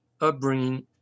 upbringing